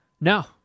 No